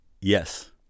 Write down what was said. Yes